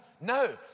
no